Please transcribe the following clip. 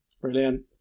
Brilliant